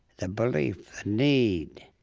the belief, the need.